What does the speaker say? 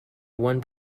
one